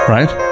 Right